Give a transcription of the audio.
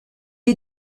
est